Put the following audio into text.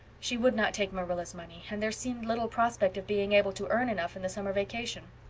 she would not take marilla's money and there seemed little prospect of being able to earn enough in the summer vacation.